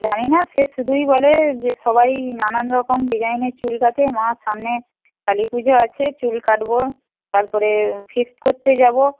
জানি না সে শুধুই বলে যে সবাই নানান রকম ডিজাইনের চুল কাটে মা সামনে কালীপুজো আছে চুল কাটব তারপরে ফিস্ট করতে যাব